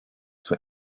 for